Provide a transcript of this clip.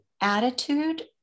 attitude